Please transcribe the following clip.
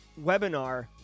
webinar